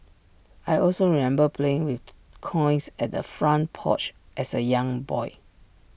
I also remember playing with coins at the front porch as A young boy